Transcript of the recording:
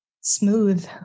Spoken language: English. Smooth